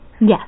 Yes